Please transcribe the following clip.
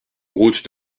route